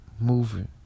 moving